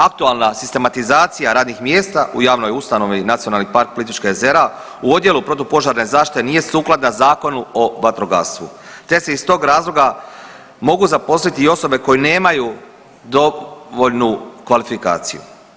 Aktualna sistematizacija radnih mjesta u javnoj ustanovi NP Plitvička jezera u Odjelu protupožarne zaštite nije sukladna Zakonu o vatrogastvu te se iz tog razloga mogu zaposliti osobe koje nemaju dovoljnu kvalifikaciju.